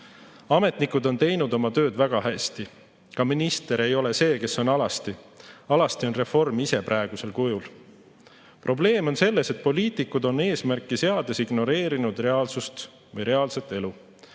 Ametnikud on teinud oma tööd väga hästi. Ka minister ei ole see, kes on alasti. Alasti on reform ise praegusel kujul. Probleem on selles, et poliitikud on eesmärki seades ignoreerinud reaalsust või reaalset elu.